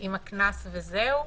עם הקנס וזהו?